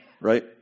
right